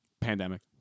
Pandemic